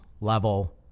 level